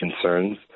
concerns